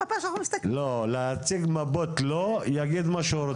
לא, להציג מפות לא, יגיד מה שהוא רוצה.